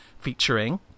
featuring